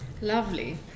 Lovely